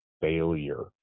failure